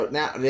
now